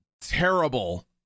terrible